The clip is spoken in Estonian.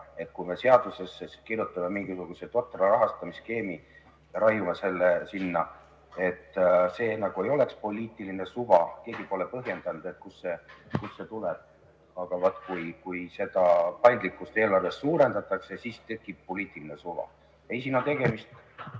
Kui me seadusesse kirjutame mingisuguse totra rahastamisskeemi, raiume selle sinna, see nagu ei ole poliitiline suva. Keegi pole põhjendanud, kust see tuleb. Aga vaat kui seda paindlikkust eelarves suurendatakse, siis tekib poliitiline suva. Ei, siin on tegemist